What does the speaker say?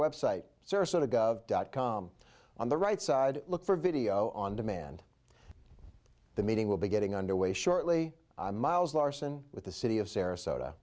website sarasota gov dot com on the right side look for video on demand the meeting will be getting underway shortly miles larsen with the city of sarasota